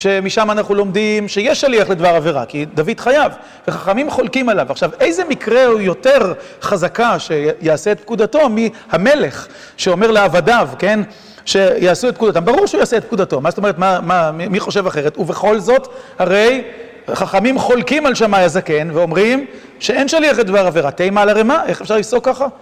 שמשם אנחנו לומדים שיש שליח לדבר עבירה, כי דוד חייב וחכמים חולקים עליו. עכשיו, איזה מקרה הוא יותר חזקה שיעשה את פקודתו מהמלך שאומר לעבדיו, כן? שיעשו את פקודתו. ברור שהוא יעשה את פקודתו, מה זאת אומרת, מי חושב אחרת? ובכל זאת, הרי חכמים חולקים על שמאי הזקן ואומרים שאין שליח לדבר עבירה. תהי מעלה רמה, איך אפשר לפסוק ככה?